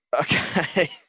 Okay